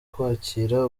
kwakira